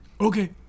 Okay